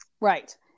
right